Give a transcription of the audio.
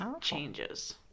changes